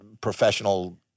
professional